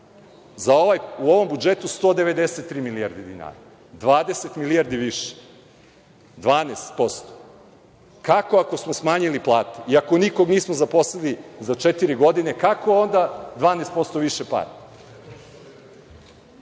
dinara. U ovom budžetu 193 milijarde dinara, 20 milijardi više, 12%. Kako, ako smo smanjili plate i ako nikog nismo zaposlili za četiri godine, kako onda 12% više para?